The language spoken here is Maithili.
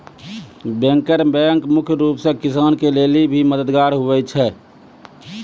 बैंकर बैंक मुख्य रूप से किसान के लेली भी मददगार हुवै छै